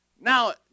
Now